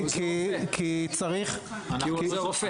זה תחום אחר.